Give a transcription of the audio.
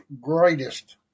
greatest